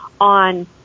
on